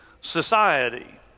society